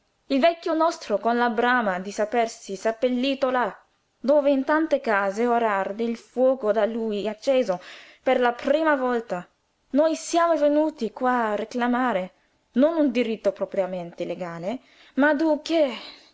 il vecchio nostro con la brama di sapersi seppellito là dove in tante case ora arde il fuoco da lui acceso per la prima volta noi siamo venuti qua a reclamare non un diritto propriamente legale ma d'u che che